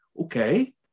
okay